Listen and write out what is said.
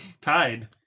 tied